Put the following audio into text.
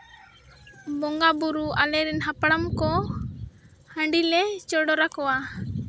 ᱵᱚᱸᱜᱟᱼᱵᱩᱨᱩ ᱟᱞᱮ ᱨᱮᱱ ᱦᱟᱯᱲᱟᱢ ᱠᱚ ᱦᱟᱺᱰᱤ ᱞᱮ ᱪᱚᱰᱚᱨ ᱟᱠᱚᱣᱟ